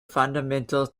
fundamental